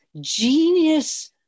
genius